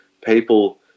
people